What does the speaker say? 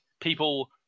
people